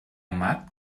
markt